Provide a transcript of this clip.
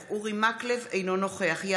אינו נוכח אורי מקלב,